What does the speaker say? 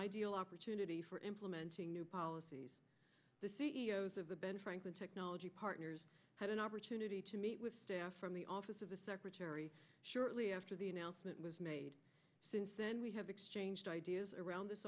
ideal opportunity for implementing new policies the c e o s of the ben franklin technology partners had an opportunity to meet with from the office of the secretary shortly after the announcement was made since then we have exchanged ideas around